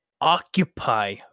Occupy